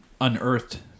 unearthed